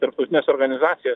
tarptautines organizacijas